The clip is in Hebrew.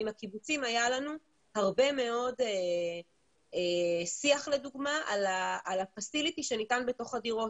עם הקיבוצים היה לנו הרבה מאוד שיח על המתקנים שניתנים בתוך הדירות.